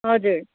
हजुर